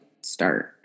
start –